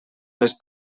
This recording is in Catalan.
les